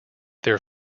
their